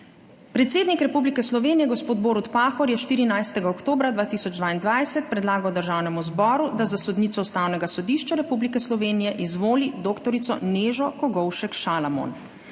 Predsednik Republike Slovenije gospod Borut Pahor je 14. oktobra 2022 predlagal Državnemu zboru, da za sodnico Ustavnega sodišča Republike Slovenije izvoli dr. Nežo Kogovšek Šalamon.